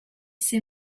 ces